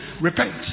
Repent